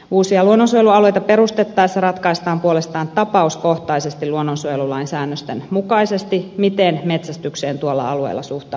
uusia luonnonsuojelualueita perustettaessa ratkaistaan puolestaan tapauskohtaisesti luonnonsuojelulain säännösten mukaisesti miten metsästykseen tuolla alueella suhtaudutaan